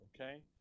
Okay